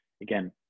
again